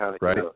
right